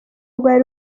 rwari